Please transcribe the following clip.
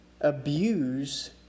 abuse